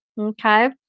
Okay